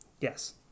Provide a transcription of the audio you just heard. Yes